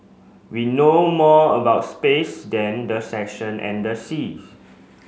we know more about space than the section and the seas